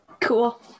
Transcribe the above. Cool